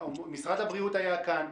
משרד הבריאות היה כאן,